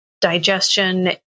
digestion